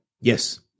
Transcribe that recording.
Yes